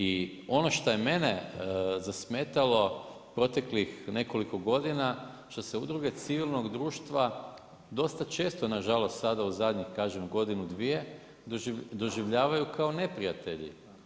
I ono što je mene zasmetalo proteklih nekoliko godina, što se udruge civilnog društva, dosta često, nažalost sada, kažem godinu, dvije, doživljavaju kao neprijatelji.